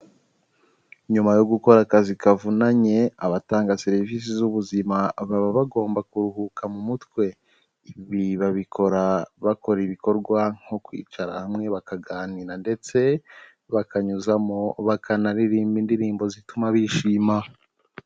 Nyuma yo gukora akazi kavunanye abatanga serivisi z'ubuzima baba bagomba kuruhuka mu mutwe, ibi babikora bakora ibikorwa nko kwicara hamwe bakaganira ndetse bakanyuzamo bakanaririmba indirimbo zituma bishima.